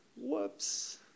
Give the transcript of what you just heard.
Whoops